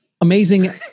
amazing